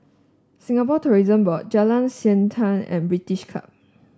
Singapore Tourism Board Jalan Siantan and British Club